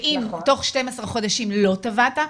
ואם תוך 12 חודשים לא תבעת.